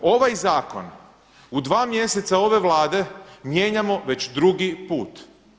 Ovaj zakon u dva mjeseca ove Vlade mijenjamo već drugi put.